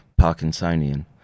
Parkinsonian